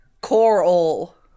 Coral